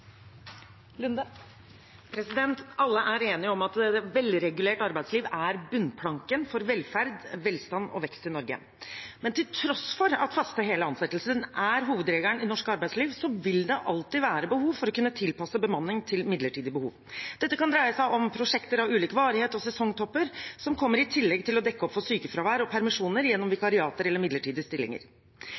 i 2021. Alle er enige om at et velregulert arbeidsliv er bunnplanken for velferd, velstand og vekst i Norge, men til tross for at faste, hele ansettelser er hovedregelen i norsk arbeidsliv, vil det alltid være behov for å kunne tilpasse bemanning til midlertidige behov. Dette kan dreie seg om prosjekter av ulik varighet og sesongtopper som kommer i tillegg til å dekke opp for sykefravær og permisjoner gjennom vikariater og midlertidige stillinger.